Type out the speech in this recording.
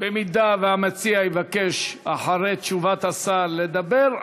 אני רוצה לעלות.